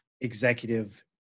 executive